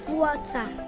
water